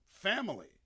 family